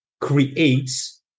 creates